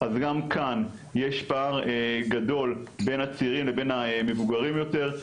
אז גם כאן יש פער גדול בין הצעירים לבין המבוגרים יותר,